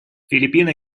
филиппины